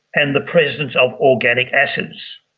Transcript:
and the presence of organic acids,